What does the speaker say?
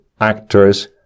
actors